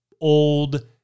old